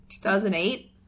2008